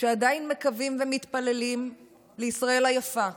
שעדין מקווים ומתפללים לישראל היפה.